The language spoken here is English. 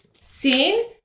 seen